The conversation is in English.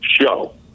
show